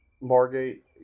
Margate